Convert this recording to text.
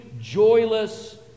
joyless